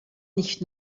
nicht